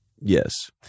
Yes